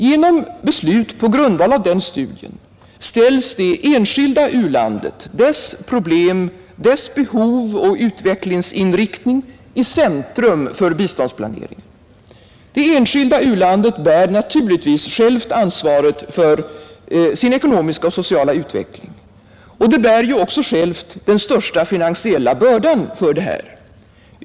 Genom beslut på grundval av den studien ställs det enskilda u-landet, dess problem, behov och utvecklingsinriktning i centrum för biståndsplaneringen. Det enskilda u-landet bär naturligtvis självt ansvaret för sin ekonomiska och sociala utveckling och bär ju också självt den största finansiella bördan för detta.